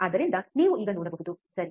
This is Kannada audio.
ಆದ್ದರಿಂದ ನೀವು ಈಗ ನೋಡಬಹುದು ಸರಿ